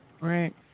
right